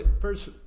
First